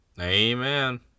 Amen